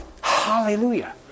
Hallelujah